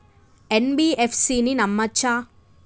NBFC ని నమ్మచ్చా?